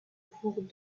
cours